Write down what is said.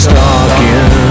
Stalking